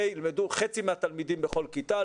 ה' ילמדו חצי מהתלמידים בכל כיתה,